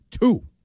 two